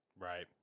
Right